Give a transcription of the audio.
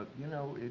you know,